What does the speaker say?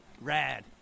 Rad